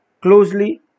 closely